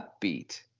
upbeat